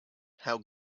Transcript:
how